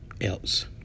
else